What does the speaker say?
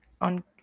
on